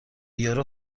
یورو